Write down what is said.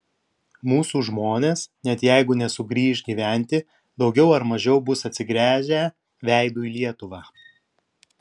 mūsų žmonės net jeigu nesugrįš gyventi daugiau ar mažiau bus atsigręžę veidu į lietuvą